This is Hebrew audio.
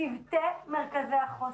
אלה צוותי מרכזי החוסן.